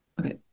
Okay